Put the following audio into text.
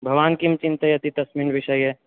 भवान् किं चिन्तयति तस्मिन् विषये